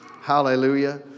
Hallelujah